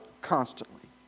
constantly